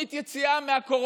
תוכנית יציאה מהקורונה?